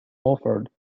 offered